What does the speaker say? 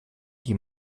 die